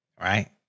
Right